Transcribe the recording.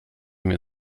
mir